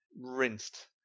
rinsed